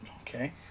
Okay